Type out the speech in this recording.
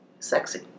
sexy